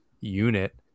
unit